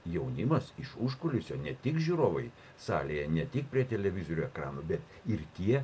jaunimas iš užkulisių ne tik žiūrovai salėje ne tik prie televizorių ekranų bet ir tie